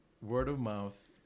word-of-mouth